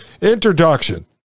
Introduction